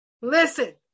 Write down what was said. Listen